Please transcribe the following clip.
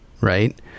right